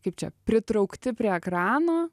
kaip čia pritraukti prie ekrano